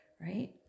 right